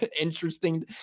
Interesting